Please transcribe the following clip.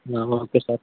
okay sir